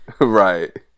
Right